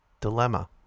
Dilemma